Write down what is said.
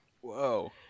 Whoa